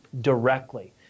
directly